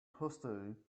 history